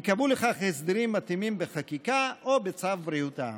ייקבעו לכך הסדרים מתאימים בחקיקה או בצו בריאות העם.